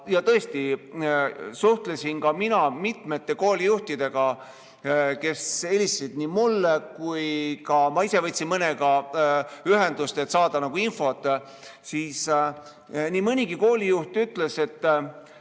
– tõesti, suhtlesin ka mina mitmete koolijuhtidega, kes helistasid mulle, ja ka ma ise võtsin mõnega ühendust, et saada infot, ja nii mõnigi koolijuht ütles, et